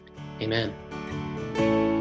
amen